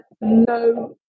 no